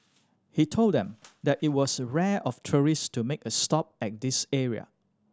he told them that it was rare of tourist to make a stop at this area